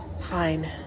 Fine